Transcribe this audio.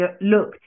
look